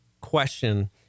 question